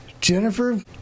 Jennifer